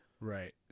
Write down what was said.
Right